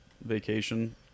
vacation